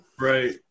right